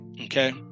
Okay